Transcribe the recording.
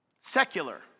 Secular